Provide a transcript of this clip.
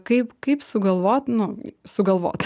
kaip kaip sugalvot nu sugalvot